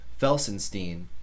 Felsenstein